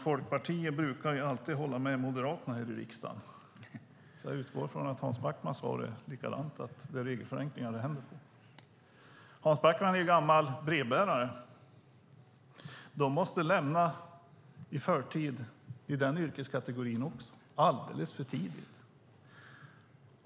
Folkpartiet brukar alltid hålla med Moderaterna i riksdagen, så jag utgår ifrån att Hans Backmans svar är likadant - att det är regelförenklingar det hänger på. Hans Backman är gammal brevbärare. De måste lämna i förtid i den yrkeskategorin också, alldeles för tidigt.